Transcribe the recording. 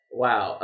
wow